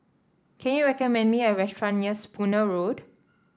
can you recommend me a restaurant near Spooner Road